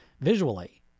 visually